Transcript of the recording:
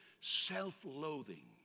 self-loathing